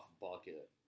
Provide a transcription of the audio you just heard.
bucket